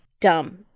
Dumb